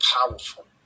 powerful